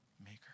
maker